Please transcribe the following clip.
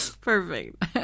Perfect